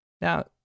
Now